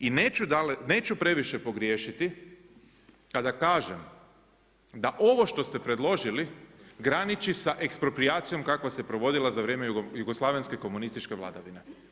I neću previše pogriješiti kada kažem da ovo što ste predložili graniči sa eksproprijacijom kakva se provodila za vrijeme jugoslavenske komunističke vladavine.